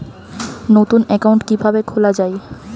নতুন একাউন্ট কিভাবে খোলা য়ায়?